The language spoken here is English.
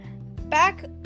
back